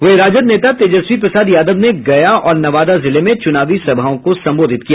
वहीं राजद नेता तेजस्वी प्रसाद यादव ने गया और नवादा जिले में चुनावी सभाओं को संबोधित किया